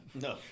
No